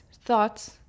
thoughts